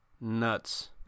nuts